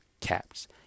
caps